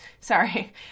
Sorry